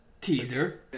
Teaser